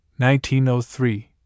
1903